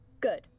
Good